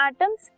atoms